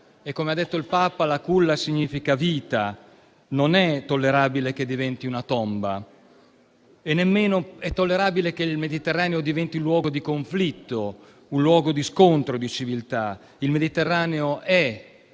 e, come ha detto il Papa, culla significa vita, pertanto non è tollerabile che diventi una tomba e nemmeno è tollerabile che il Mediterraneo diventi luogo di conflitto e di scontro di civiltà. Il Mediterraneo è